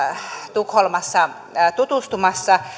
tukholmassa tutustumassa